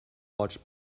watch